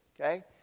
okay